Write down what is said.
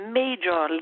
major